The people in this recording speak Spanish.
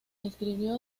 escribió